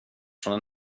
från